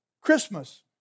Christmas